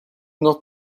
not